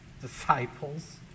disciples